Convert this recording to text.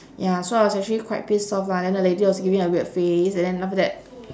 ya so I was actually quite pissed off lah then the lady was giving me a weird face and then after that